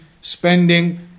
spending